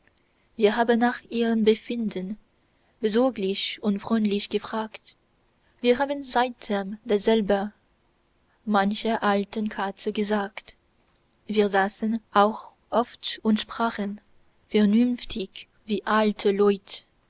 wir haben nach ihrem befinden besorglich und freundlich gefragt wir haben seitdem dasselbe mancher alten katze gesagt wir saßen auch oft und sprachen vernünftig wie alte leut